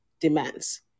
demands